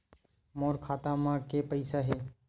मोर खाता म के पईसा हे?